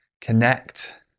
connect